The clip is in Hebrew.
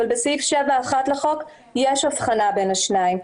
אבל בסעיף 7(1) לחוק יש הבחנה בין השניים.